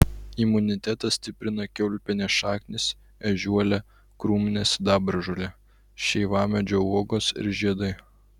imunitetą stiprina kiaulpienės šaknys ežiuolė krūminė sidabražolė šeivamedžio uogos ir žiedai